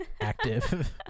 active